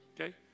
Okay